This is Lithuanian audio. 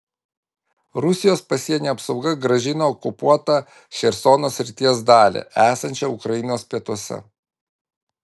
rusijos pasienio apsauga grąžino okupuotą chersono srities dalį esančią ukrainos pietuose